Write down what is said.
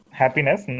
happiness